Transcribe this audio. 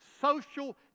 social